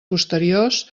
posteriors